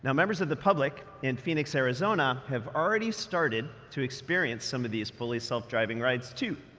and members of the public in phoenix, arizona, have already started to experience some of these fully self-driving rides, too.